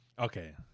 Okay